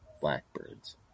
blackbirds